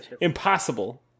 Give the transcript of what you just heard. impossible